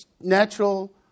natural